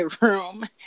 room